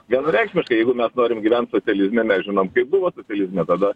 vienareikšmiškai jeigu mes norim gyvent socializme mes žinom kaip buvo socializme tada